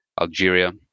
Algeria